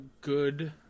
good